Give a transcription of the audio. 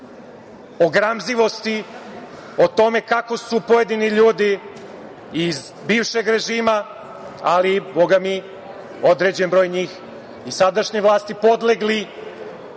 o gramzivosti, o tome kako su pojedini ljudi iz bivšeg režima, ali, Boga mi, određen broj njih iz sadašnje vlasti podlegli